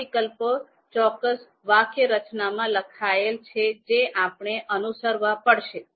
આ વિકલ્પો ચોક્કસ વાક્યરચનામાં લખાયેલા છે જે આપણે અનુસરવા પડશે